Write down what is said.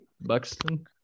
Buxton